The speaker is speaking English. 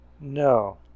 No